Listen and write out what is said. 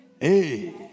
Hey